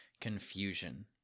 confusion